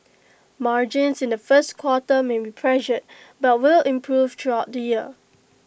margins in the first quarter may be pressured but will improve throughout the year